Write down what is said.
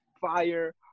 fire